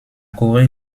corée